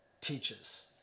teaches